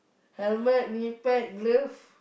helmet knee pad glove